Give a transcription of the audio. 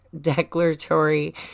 declaratory